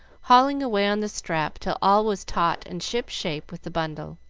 hauling away on the strap till all was taut and ship-shape with the bundle.